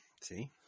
See